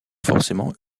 forcément